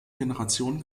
generation